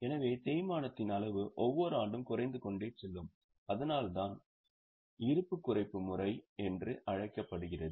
எனவே தேய்மானத்தின் அளவு ஒவ்வொரு ஆண்டும் குறைந்து கொண்டே செல்லும் அதனால்தான் இருப்பு குறைப்பு முறை என்று அழைக்கப்படுகிறது